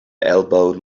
elbowed